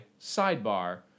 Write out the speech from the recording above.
sidebar